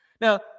Now